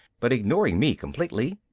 but ignoring me completely,